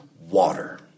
water